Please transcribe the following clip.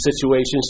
situations